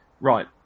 Right